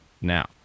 Now